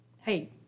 hey